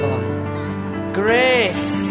Grace